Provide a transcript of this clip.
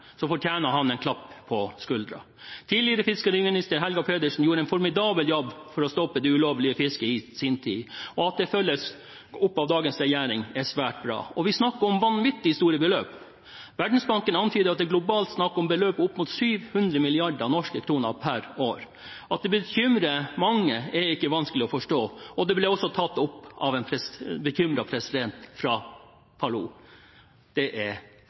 klapp på skulderen. Tidligere fiskeriminister Helga Pedersen gjorde en formidabel jobb for å stoppe det ulovlige fisket i sin tid, og at det følges opp av dagens regjering, er svært bra. Vi snakker om vanvittig store beløp. Verdensbanken antyder at det globalt er snakk om beløp opp mot 700 milliarder norske kroner per år. At det bekymrer mange, er ikke vanskelig å forstå, og det ble også tatt opp av en bekymret president fra Palau. Det er